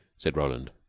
said roland.